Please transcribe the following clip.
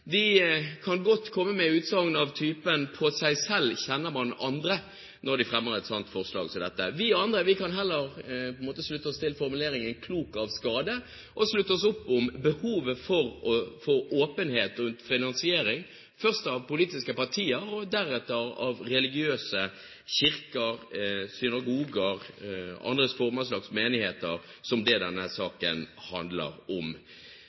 kan godt komme med utsagn av typen «på seg selv kjenner man andre» når de fremmer et slikt forslag som dette. Vi andre kan heller slutte oss til formuleringen «klok av skade» og slutte opp om behovet for åpenhet rundt finansiering – først av politiske partier og deretter av de religiøse: kirker, synagoger og andre former for menigheter, som er det denne saken handler om.